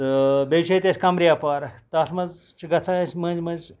تہٕ بیٚیہِ چھِ اَسہِ ییٚتہِ قَمرِیا پارک تَتھ مَنٛز چھِ گَژھان أسۍ مٔنٛزۍ مٔنٛزۍ